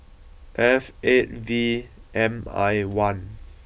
F eight V M I one